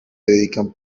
dedican